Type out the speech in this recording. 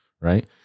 right